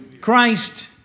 Christ